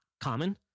common